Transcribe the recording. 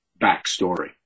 backstory